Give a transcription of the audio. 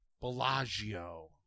Bellagio